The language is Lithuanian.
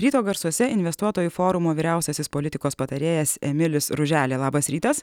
ryto garsuose investuotojų forumo vyriausiasis politikos patarėjas emilis ruželė labas rytas